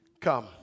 Come